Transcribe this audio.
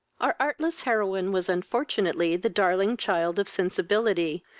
our artless heroine was unfortunately the darling child of sensibility,